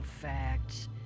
facts